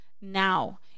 now